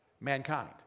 mankind